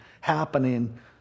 happening